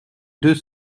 deux